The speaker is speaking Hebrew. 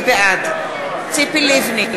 בעד ציפי לבני,